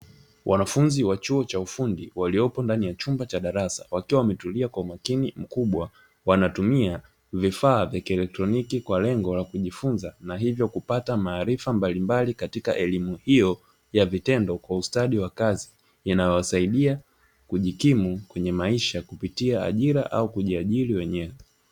Wanafunzi wa chuo cha ufundi, waliopo ndani ya chumba cha darasa, wakiwa wametulia kwa umakini mkubwa. Wanatumia vifaa vya kielektroniki kwa lengo la kujifunza na hivyo kupata maarifa mbalimbali katika elimu hiyo ya vitendo kwa ustadi wa kazi, inayowasaidia kujikimu kwenye maisha, kupitia ajira au kujiajiri wenyewe.